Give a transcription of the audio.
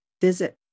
visit